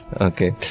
Okay